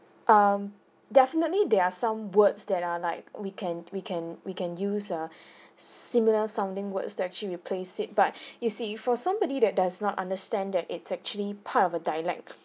um definitely there are some words that are like we can we can we can use a similar sounding words there actually replace it by you see for somebody that does not understand that it's actually part of a dialect